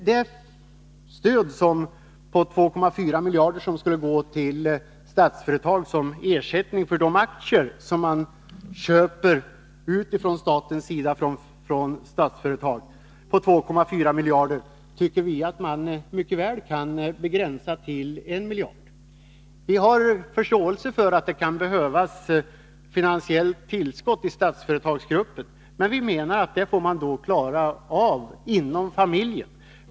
Det stöd på 2,4 miljarder som skulle gå till Statsföretag som ersättning för de aktier som staten köper från Statsföretag tycker vi mycket väl kan begränsas till 1 miljard. Vi har förståelse för att det kan behövas finansiellt tillskott i Statsföretagsgruppen, men vi menar att man får klara av det ”inom familjen”.